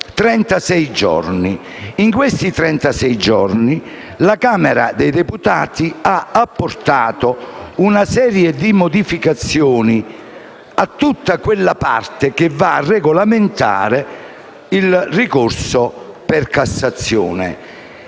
giorni. In questi trentasei giorni la Camera dei deputati ha apportato una serie di modificazioni a tutta quella parte che va a regolamentare il ricorso per Cassazione.